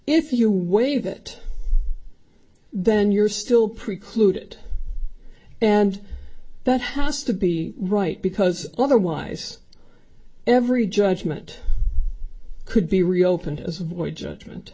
if you waive that then you're still precluded and that has to be right because otherwise every judgment could be reopened as void judgment